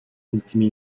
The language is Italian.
ultimi